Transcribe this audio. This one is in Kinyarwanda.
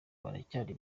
baracyari